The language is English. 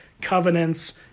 covenants